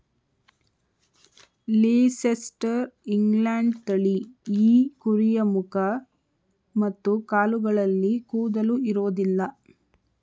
Leicester England ತಳಿ ಈ ಕುರಿಯ ಮುಖ ಮತ್ತು ಕಾಲುಗಳಲ್ಲಿ ಕೂದಲು ಇರೋದಿಲ್ಲ